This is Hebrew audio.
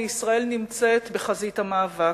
וישראל נמצאת בחזית המאבק.